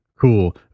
Cool